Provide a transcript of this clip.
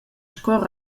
sco